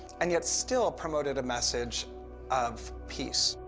and yet still promoted a message of peace.